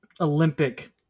Olympic